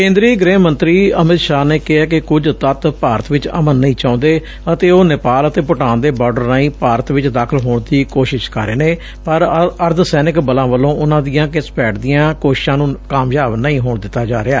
ਕੇਂਦਰੀ ਗ੍ਰਹਿ ਮੰਤਰੀ ਅਮਿਤ ਸ਼ਾਹ ਨੇ ਕਿਹੈ ਕਿ ਕੁਝ ਤੱਤ ਭਾਰਤ ਵਿਚ ਅਮਨ ਨਹੀਂ ਚਾਹੁੰਦੇ ਅਤੇ ਉਹ ਨੇਪਾਲ ਅਤੇ ਭੁਟਾਨ ਦੇ ਬਾਰਡਰ ਰਾਹੀਂ ਭਾਰਤ ਵਿਚ ਦਾਖਲ ਹੋਣ ਦੀ ਕੋਸ਼ਿਸ਼ ਕਰ ਰਹੇ ਨੇ ਪਰ ਅਰਧ ਸੈਨਿਕ ਬਲਾਂ ਵੱਲੋਂ ਉਨੂਂ ਦੀਆਂ ਘੁਸਪੈਠ ਦੀਆਂ ਕੋਸ਼ਿਸ਼ਾਂ ਨੂੰ ਕਾਮਯਾਬ ਨਹੀਂ ਹੋਣ ਦਿੱਤਾ ਜਾ ਰਿਹਾ